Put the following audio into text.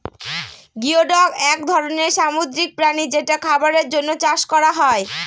geoduck এক ধরনের সামুদ্রিক প্রাণী যেটা খাবারের জন্য চাষ করা হয়